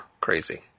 crazy